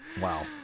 wow